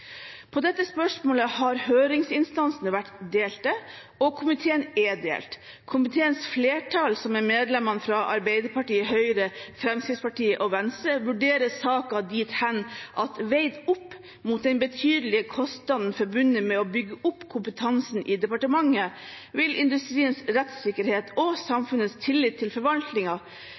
På dette spørsmålet har høringsinstansene vært delt, og komiteen er delt. Komiteens flertall, som er medlemmene fra Arbeiderpartiet, Høyre, Fremskrittspartiet og Venstre, vurderer saken dit hen at veid opp mot den betydelige kostnaden forbundet med å bygge opp kompetansen i departementet vil industriens rettssikkerhet og samfunnets tillit til